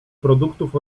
produktów